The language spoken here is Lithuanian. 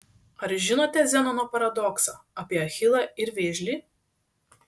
ar žinote zenono paradoksą apie achilą ir vėžlį